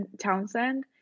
Townsend